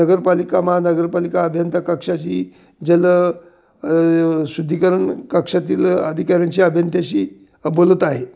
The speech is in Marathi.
नगरपालिका महानगरपालिका अभियंता कक्षाशी जल शुद्धीकरण कक्षातील आधिकऱ्यांशी अभियंत्याशी अ बोलत आहे